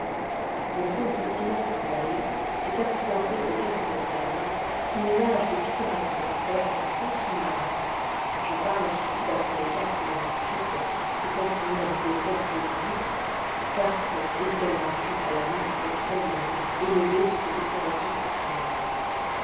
le fond de cette immense vallée est accidenté de quelques montagnes qui ménagent de pittoresques aspects à ces fonds sous-marins j'en parle surtout d'après les cartes manuscrites que contenait la bibliothèque du nautilus cartes évidemment dues à la main du capitaine nemo et levées sur ses observations personnelles